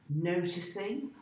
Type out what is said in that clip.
Noticing